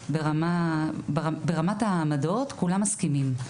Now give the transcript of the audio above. ברמת העמדות כולם מסכימים,